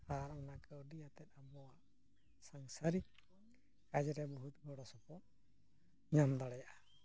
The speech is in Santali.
ᱟᱨ ᱚᱱᱟ ᱠᱟᱹᱣᱰᱤᱭᱟᱛᱮ ᱟᱵᱚᱣᱟᱜ ᱥᱟᱝᱥᱟᱨᱤᱠ ᱠᱟᱡᱽ ᱨᱮ ᱵᱚᱦᱩᱛ ᱜᱚᱲᱚ ᱥᱚᱯᱚᱦᱚᱫ ᱧᱟᱢ ᱫᱟᱲᱮᱭᱟᱜᱼᱟ